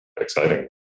exciting